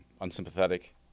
unsympathetic